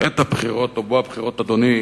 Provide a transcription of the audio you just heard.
עת הבחירות, או בוא הבחירות, אדוני,